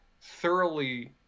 thoroughly